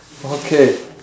okay